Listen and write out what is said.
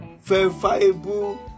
verifiable